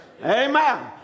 Amen